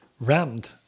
rammed